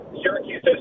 Syracuse